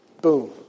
boom